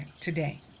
today